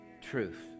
truth